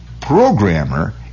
programmer